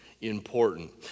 important